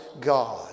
God